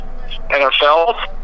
NFL